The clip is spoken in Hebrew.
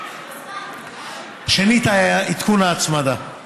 השני, את עדכון ההצמדה.